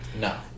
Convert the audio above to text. No